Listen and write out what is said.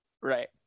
right